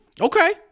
okay